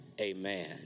amen